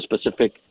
specific